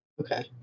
Okay